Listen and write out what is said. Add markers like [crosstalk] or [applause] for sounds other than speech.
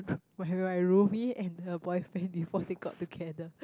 [breath] my my roomy and her boyfriend before they got together